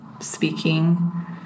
speaking